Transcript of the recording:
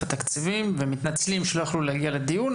התקציבים והם מתנצלים שהם לא יכלו להגיע לדיון.